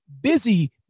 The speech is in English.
busy